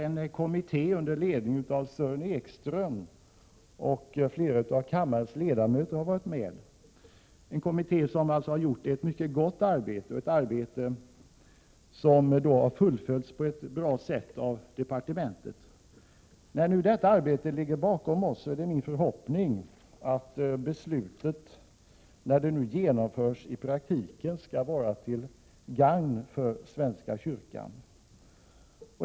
En kommitté under ledning av Sören Ekström och flera av kammarens ledamöter har gjort ett mycket gott arbete, som har fullföljts på ett bra sätt av departementet. När nu detta arbete ligger bakom oss är det min förhoppning att beslutet när det genomförs i praktiken skall vara till gagn för svenska kyrkan.